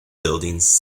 buildings